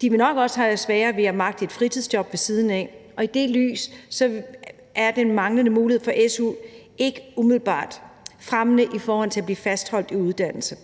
De vil nok også have sværere ved at magte et fritidsjob ved siden af, og i det lys er den manglende mulighed for su ikke umiddelbart fremmende i forhold til at blive fastholdt i uddannelse.